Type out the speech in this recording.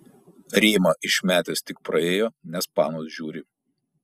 rėmą išmetęs tik praėjo nes panos žiūri